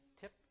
tip